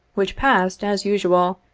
which passed, as usual,